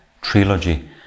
trilogy